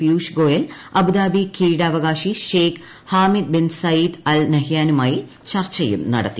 Piyush Goyal Abu Dhabi കിരീടാവകാശി Sheikh Hamed bin Zayed Al നഹ്യാനുമായി ചർച്ചയും നടത്തി